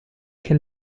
che